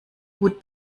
gut